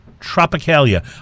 Tropicalia